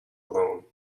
alone